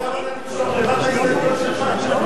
חוץ מההסתייגויות שלי,